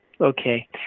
okay